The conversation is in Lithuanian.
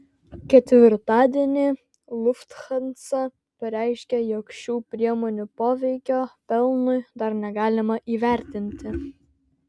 ketvirtadienį lufthansa pareiškė jog šių priemonių poveikio pelnui dar negalima įvertinti